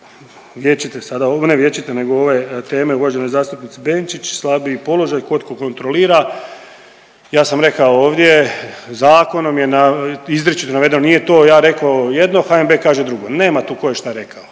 vječite sada, ne vječite nego ove teme uvažene zastupnice Benčić slabiji položaj, tko to kontrolira. Ja sam rekao ovdje zakonom je izričito navedeno, nije to ja reko jedno HNB kaže drugo, nema tu tko je šta rekao.